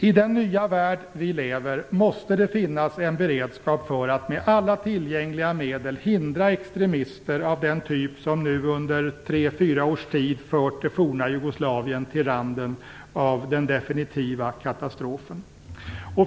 I den nya värld vi lever i måste det finnas en beredskap för att med alla tillgängliga medel hindra extremister av den typ som nu under tre fyra års tid fört det forna Jugoslavien till randen av den definitiva katastrofen.